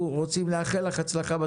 אנחנו מאחלים לך הצלחה רבה,